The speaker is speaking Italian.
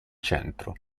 centro